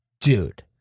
Dude